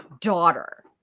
daughter